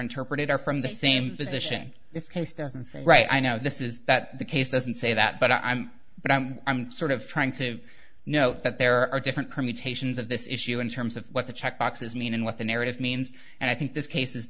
interpreted are from the same position this case doesn't say right i know this is that the case doesn't say that but i'm but i'm sort of trying to note that there are different permutations of this issue in terms of what the check boxes mean and what the narrative means and i think this case